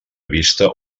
vista